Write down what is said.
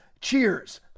Cheers